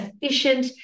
efficient